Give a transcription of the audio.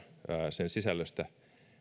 sen sisällöstä